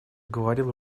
говорил